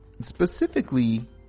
specifically